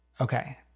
Okay